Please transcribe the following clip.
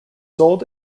sold